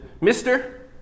Mister